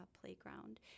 playground